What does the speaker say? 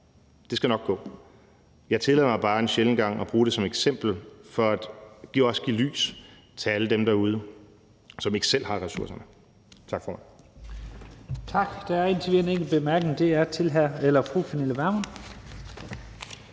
Det skal nok gå. Jeg tillader mig bare en sjælden gang at bruge det som eksempel for også at give lys til alle dem derude, som ikke selv har ressourcerne. Tak for